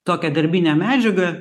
tokia darbine medžiaga